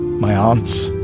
my aunts,